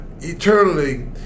eternally